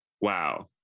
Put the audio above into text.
wow